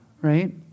Right